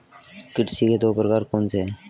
कृषि के दो प्रकार कौन से हैं?